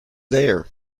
there